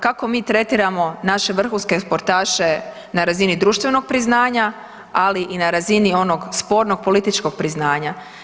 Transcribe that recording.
Kako mi tretiramo naše vrhunske sportaše na razini društvenog priznanja, ali i na razini onog spornog političkog priznanja?